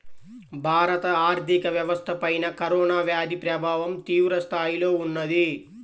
భారత ఆర్థిక వ్యవస్థపైన కరోనా వ్యాధి ప్రభావం తీవ్రస్థాయిలో ఉన్నది